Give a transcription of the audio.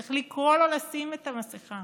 צריך לקרוא לו לשים את המסכה